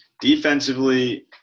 Defensively